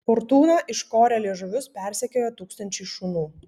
fortūną iškorę liežuvius persekioja tūkstančiai šunų